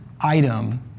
item